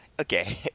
Okay